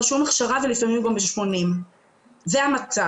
שום הכשרה ולפעמים הוא גם בן 80. זה המצב.